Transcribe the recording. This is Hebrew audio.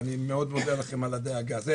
אני חושב שצריך לבחון את הדבר הזה,